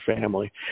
family